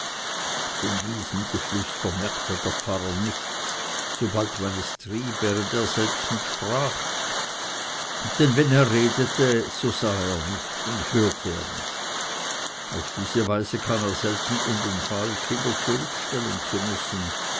von diesem geflüster merkte der pfarrer nichts sobald man es trieb während er selbsten sprach denn wenn er redete so sah er nicht und hörte er nicht auf diese weise kam er selten in den fall kinder zurückstellen zu müssen